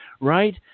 right